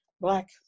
black